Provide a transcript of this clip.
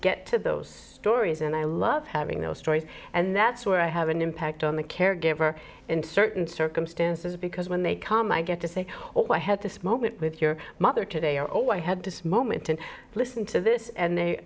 get to those stories and i love having those stories and that's where i have an impact on the caregiver in certain circumstances because when they come i get to say i had this moment with your mother today or all i had to say moment and listen to this and they